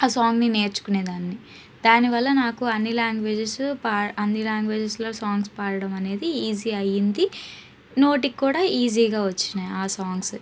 ఆ సాంగ్ని నేర్చుకునేదాన్ని దానివల్ల నాకు అన్ని లాంగ్వేజెస్సు పా అన్ని లాంగ్వేజ్లో సాంగ్స్ పాడడమనేది ఈజీ అయ్యింది నోటికి కూడా ఈజీగా వచ్చినాయి ఆ సాంగ్సు